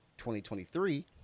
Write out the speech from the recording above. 2023